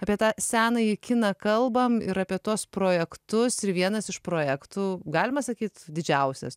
apie tą senąjį kiną kalbam ir apie tuos projektus ir vienas iš projektų galima sakyt didžiausias